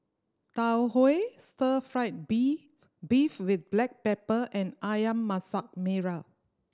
Tau Huay stir fried bee beef with black pepper and Ayam Masak Merah